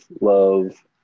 love